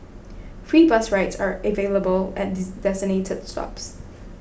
free bus rides are available at designated stops